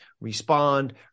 respond